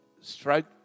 strike